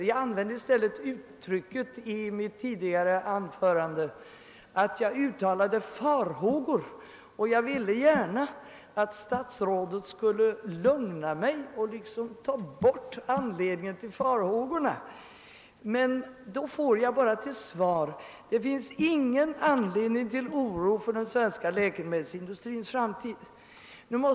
Jag använde i mitt tidigare anförande uttrycket, att jag uttalade vissa farhågor, och jag ville gärna att statsrådet skulle lugna mig och undanröja anledningen till farhågorna. Men då får jag bara till svar att det inte finns någon anledning till oro för den svenska läkemedelsindustrins framtid.